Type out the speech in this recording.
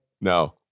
No